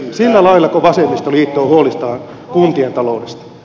sillä laillako vasemmistoliitto on huolissaan kuntien taloudesta